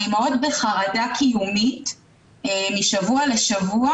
האימהות בחרדה קיומית משבוע לשבוע,